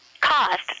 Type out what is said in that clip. cost